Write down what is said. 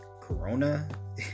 corona